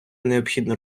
необхідно